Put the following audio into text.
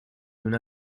una